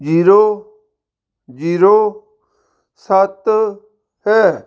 zero zero ਸੱਤ ਹੈ